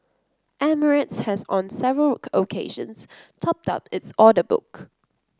emirates has on several occasions topped up its order book